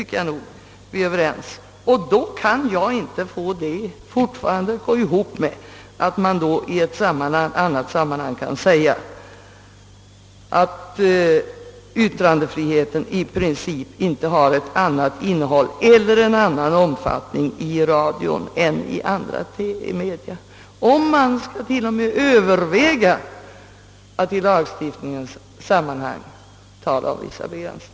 Men jag kan fortfarande inte finna att detta överensstämmer med vad som sägs i annat sammanhang, nämligen att yttrandefriheten i princip inte har ett annat innehåll eller en annan omfattning för radion än för andra media. Ett sådant påstående måste vara motstridigt, om man till och med överväger att stifta lag om vissa begränsningar på området.